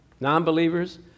Non-believers